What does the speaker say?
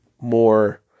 more